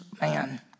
man